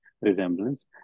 resemblance